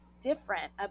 different